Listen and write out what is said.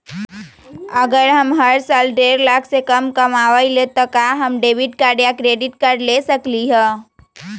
अगर हम हर साल डेढ़ लाख से कम कमावईले त का हम डेबिट कार्ड या क्रेडिट कार्ड ले सकली ह?